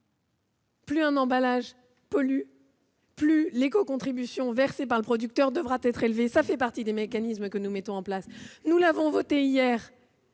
plus un emballage pollue, plus l'éco-contribution versée par le producteur devra être élevée. Cela fait partie des mécanismes que nous mettons en place. Nous l'avons voté hier,